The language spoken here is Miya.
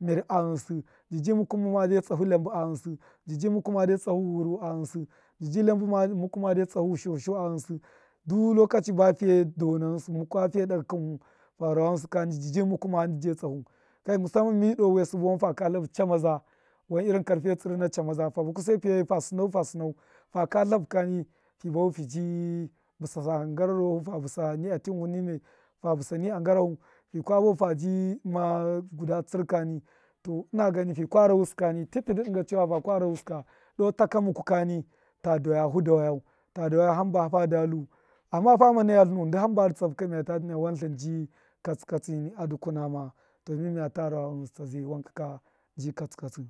mṫr a ghṫnsṫ njṫji iyambṫ a ghṫnsṫ njṫji muku made lsahu ghṫru a ghṫnṫ, njṫji iyambṫ mad tsahu shosho a ghṫnsṫ, dulokaachi ba fiye dona ghṫnsṫ kmukwa fiye daga kṫnfu fa rawa ghṫnsṫ kani njṫji muku ma njṫji de tsahu, kai musamman mi doo wiya sṫbṫ, faka tlafu chamaza wan irin karfe tsṫr na chamaza, fa buku se pṫya wai fa sṫnau fa sṫnau fa ka tlahu kani fa bahu fa bi babbṫsa nguraro fu fa bṫsa ni a tinfu ni me faka bahu fabi dṫma guda tsṫr kani ta ṫna gani faka ruwusṫ kani ti tidṫ dṫnga chewa faka rawuṫ ka doo taka muka ta dawaya hu dawayau ta dawayahu hamba fada lu, amma fama naya tlṫnu ndṫ hamba dṫ tsahu kani miya ta naya wan tlṫn ji katsṫ katsṫni a dukuname to ghṫnsṫ ta zai wankaka ji katsṫ katsṫ.